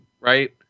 right